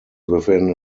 within